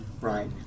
right